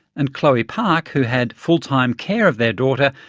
and chloe park, who had fulltime care of their daughter,